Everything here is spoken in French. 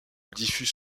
diffuse